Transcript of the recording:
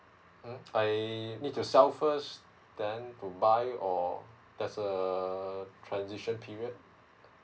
uh I need to sell first then to buy or there's a uh transition period